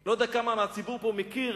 לא יודע כמה מהציבור כאן מכיר